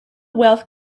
wealth